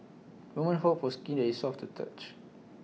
women hope for skin that is soft to touch